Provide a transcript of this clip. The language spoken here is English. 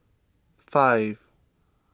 five